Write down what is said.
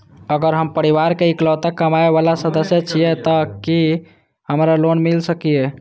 अगर हम परिवार के इकलौता कमाय वाला सदस्य छियै त की हमरा लोन मिल सकीए?